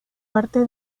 parte